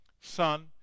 Son